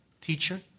teacher